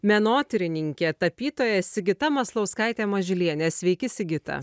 menotyrininkė tapytoja sigita maslauskaitė mažylienė sveiki sigita